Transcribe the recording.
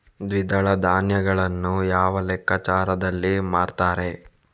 ದ್ವಿದಳ ಧಾನ್ಯಗಳನ್ನು ಯಾವ ಲೆಕ್ಕಾಚಾರದಲ್ಲಿ ಮಾರ್ತಾರೆ?